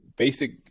basic